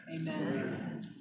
Amen